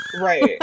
right